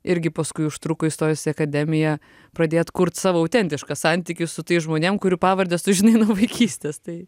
irgi paskui užtruko įstojus į akademiją pradėt kurt savo autentišką santykį su tais žmonėm kurių pavardes tu žinai nuo vaikystės tai